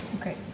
Okay